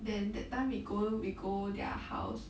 then that time we go we go their house